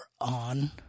On